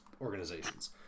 organizations